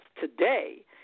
today